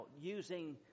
using